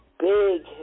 big